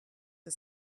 for